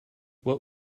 what